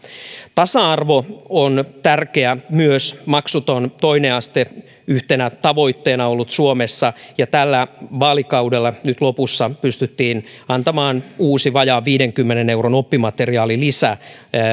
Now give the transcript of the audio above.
tasa arvo on tärkeä myös maksuton toinen aste on yhtenä tavoitteena ollut suomessa ja tällä vaalikaudella nyt lopussa pystyttiin antamaan uusi vajaan viidenkymmenen euron oppimateriaalilisä